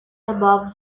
above